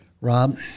Rob